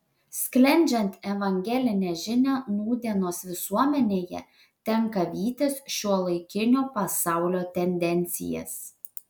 skleidžiant evangelinę žinią nūdienos visuomenėje tenka vytis šiuolaikinio pasaulio tendencijas